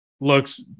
looks